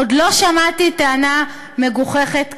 עוד לא שמעתי טענה מגוחכת כזאת.